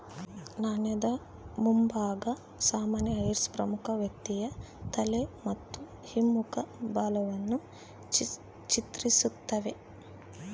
ನಾಣ್ಯದ ಮುಂಭಾಗ ಸಾಮಾನ್ಯ ಹೆಡ್ಸ್ ಪ್ರಮುಖ ವ್ಯಕ್ತಿಯ ತಲೆ ಮತ್ತು ಹಿಮ್ಮುಖ ಬಾಲವನ್ನು ಚಿತ್ರಿಸ್ತತೆ